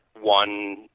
one